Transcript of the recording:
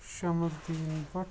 Shams uddin Bhat